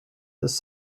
this